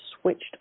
switched